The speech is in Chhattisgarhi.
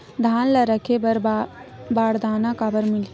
धान ल रखे बर बारदाना काबर मिलही?